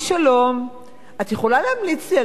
את יכולה להמליץ לי על ספר טוב?